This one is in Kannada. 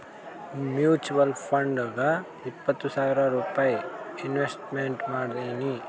ಮುಚುವಲ್ ಫಂಡ್ನಾಗ್ ಇಪ್ಪತ್ತು ಸಾವಿರ್ ರೂಪೈ ಇನ್ವೆಸ್ಟ್ಮೆಂಟ್ ಮಾಡೀನಿ